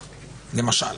למשל.